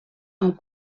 amb